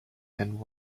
and